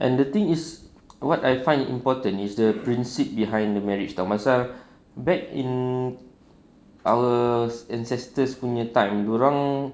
and the thing is what I find important is the prinsip behind the marriage [tau] pasal back in our ancestors punya time dorang